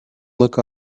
look